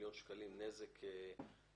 מיליון שקל לפנות את הפסולת.